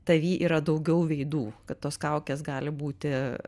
tavy yra daugiau veidų kad tos kaukės gali būti